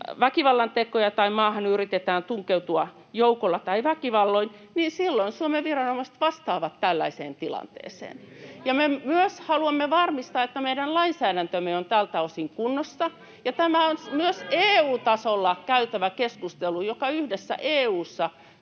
väkivallantekoja tai maahan yritetään tunkeutua joukolla tai väkivalloin, niin silloin Suomen viranomaiset vastaavat tällaiseen tilanteeseen. Ja me myös haluamme varmistaa, että meidän lainsäädäntömme on tältä osin kunnossa. Tämä on myös EU-tasolla käytävä keskustelu, johon EU:ssa